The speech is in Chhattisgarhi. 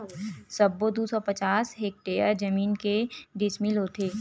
सबो दू सौ पचास हेक्टेयर जमीन के डिसमिल होथे?